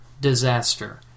disaster